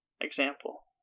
example